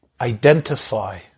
identify